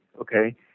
okay